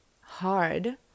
hard